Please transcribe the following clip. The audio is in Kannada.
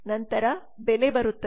ನಂತರ ಬೆಲೆ ಬರುತ್ತದೆ